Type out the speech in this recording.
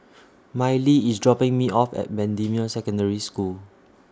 Mylie IS dropping Me off At Bendemeer Secondary School